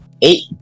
Eight